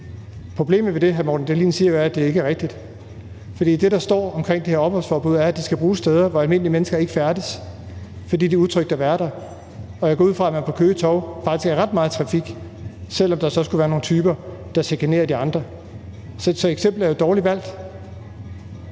Problemet ved det, hr. Morten Dahlin siger, er jo, at det ikke er rigtigt. For det, der står om det her opholdsforbud, er, at det skal bruges steder, hvor almindelige mennesker ikke færdes, fordi det er utrygt at være der. Jeg går ud fra, at man på Køge Torv faktisk har ret meget trafik, selv om der så skulle være nogle typer, der chikanerer de andre. Så eksemplet er jo dårligt valgt.